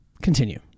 Continue